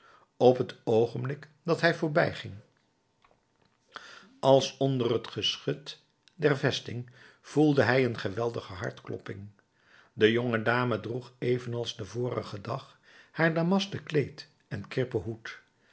op het oogenblik dat hij voorbijging als onder het geschut der vesting voelde hij een geweldige hartklopping de jonge dame droeg evenals den vorigen dag haar damasten kleed en krippen hoed